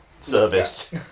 serviced